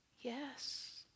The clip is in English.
yes